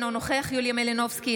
אינו נוכח יוליה מלינובסקי,